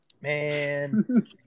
Man